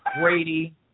Brady